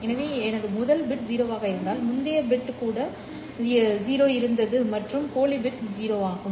எனவே எனது முதல் பிட் 0 ஆக இருந்தால் முந்தைய பிட் கூட இருந்தது மற்றும் போலி பிட் 0 ஆகும்